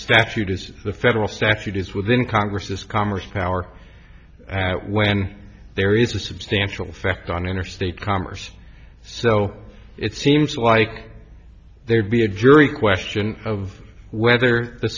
statute is the federal statute is within congress this commerce power that when there is a substantial effect on interstate commerce so it seems like there'd be a jury question of whether the